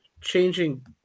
changing